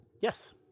Yes